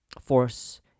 force